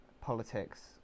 politics